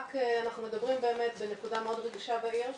רק אנחנו מדברים באמת על נקודה מאוד רגישה בעיר,